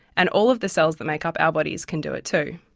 and all of the cells that make up our bodies can do it too.